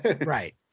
Right